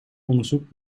onderzoekt